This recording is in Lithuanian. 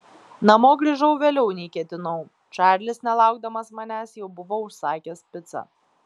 namo grįžau vėliau nei ketinau čarlis nelaukdamas manęs jau buvo užsakęs picą